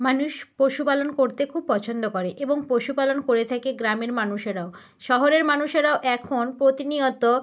মানুষ পশুপালন করতে খুব পছন্দ করে এবং পশুপালন করে থাকে গ্রামের মানুষেরাও শহরের মানুষেরাও এখন প্রতিনিয়ত